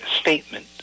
statement